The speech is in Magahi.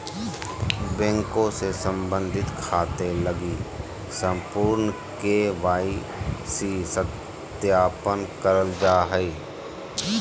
बैंक से संबंधित खाते लगी संपूर्ण के.वाई.सी सत्यापन करल जा हइ